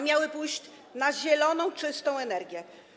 Miały pójść na zieloną, czystą energię.